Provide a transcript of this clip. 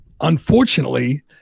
Unfortunately